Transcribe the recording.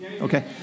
Okay